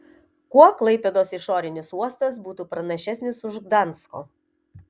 kuo klaipėdos išorinis uostas būtų pranašesnis už gdansko